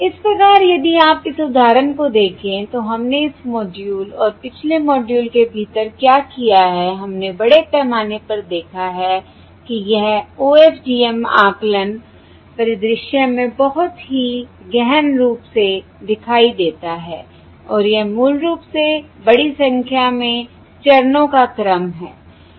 इस प्रकार यदि आप इस उदाहरण को देखें तो हमने इस मॉड्यूल और पिछले मॉड्यूल के भीतर क्या किया है हमने बड़े पैमाने पर देखा है कि यह OFDM आकलन परिदृश्य में बहुत ही गहन रूप से दिखाई देता है और यह मूल रूप से बड़ी संख्या में चरणों का क्रम है